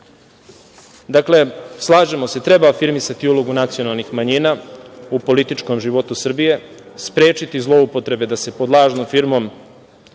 dakle, slažemo se, treba afirmisati ulogu nacionalnih manjina u političkom životu Srbije, sprečiti zloupotrebe da se pod lažnom firmom